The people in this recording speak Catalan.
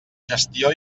gestió